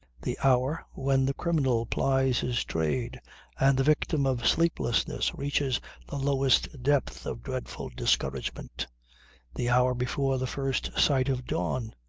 the hour when the criminal plies his trade and the victim of sleeplessness reaches the lowest depth of dreadful discouragement the hour before the first sight of dawn.